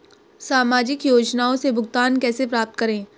सामाजिक योजनाओं से भुगतान कैसे प्राप्त करें?